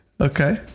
Okay